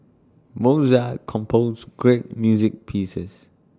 Mozart composed great music pieces